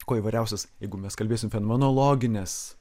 kuo įvairiausias jeigu mes kalbėsim fenomenologines